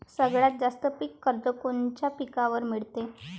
सगळ्यात जास्त पीक कर्ज कोनच्या पिकावर मिळते?